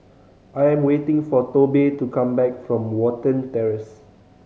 I am waiting for Tobe to come back from Watten Terrace